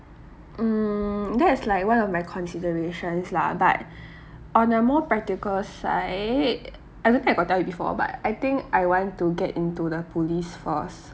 um that is like one of my considerations lah but on the more practical side I don't think I got tell you before but I think I want to get into the police force